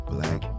Black